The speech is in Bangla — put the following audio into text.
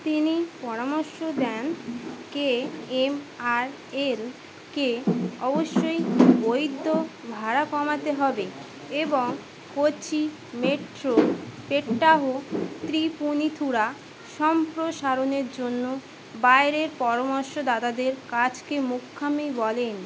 তিনি পরামর্শ দেন কে এম আর এল কে অবশ্যই বৈধ ভাড়া কমাতে হবে এবং কোচি মেট্রোর পেট্টাহ ত্রিপুনিথুরা সম্প্রসারণের জন্য বাইরের পরামর্শদাতাদের কাজকে মুর্খামি বলেন